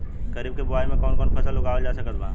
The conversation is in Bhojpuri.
खरीब के बोआई मे कौन कौन फसल उगावाल जा सकत बा?